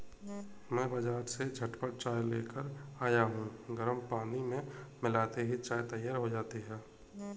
मैं बाजार से झटपट चाय लेकर आया हूं गर्म पानी में मिलाते ही चाय तैयार हो जाती है